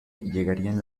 llegarían